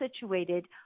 situated